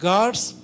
God's